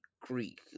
greek